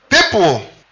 People